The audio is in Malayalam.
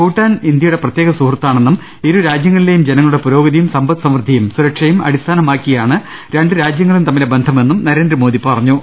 ഭൂട്ടാൻ ഇന്ത്യയുടെ പ്രത്യേക സുഹൃത്താണെന്നും ഇരുരാജൃങ്ങളിലെയും ജന ങ്ങളുടെ പുരോഗതിയും സമ്പൽ സമൃദ്ധിയും സുരക്ഷയും അടിസ്ഥാനമാക്കിയാണ് രണ്ട് രാജ്യങ്ങളും തമ്മിലെ ബന്ധ മെന്നും നരേന്ദ്രമോദി പറഞ്ഞു